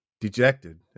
dejected